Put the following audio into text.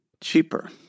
cheaper